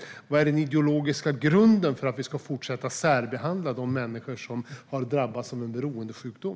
Vari består den ideologiska grunden för att vi ska fortsätta att särbehandla de människor som har drabbats av en beroendesjukdom?